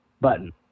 Button